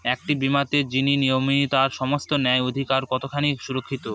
একটি বীমাতে যিনি নমিনি তার সমস্ত ন্যায্য অধিকার কতখানি সুরক্ষিত?